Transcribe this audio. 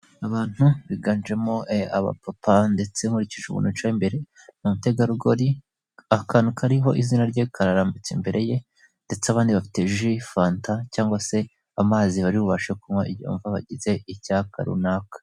Abantu biganjemo abapapa ndetse nkurikije umuntu wicaye imbere ni umutegarugori, akantu kariho izina rye karambitse imbere ye ndetse abandi bafite ji, fanta cyangwa se amazi bari bubashe kunywa igihe bumva bagize icyaka runaka.